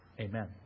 Amen